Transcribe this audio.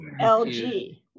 LG